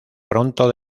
pronto